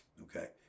Okay